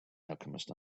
alchemist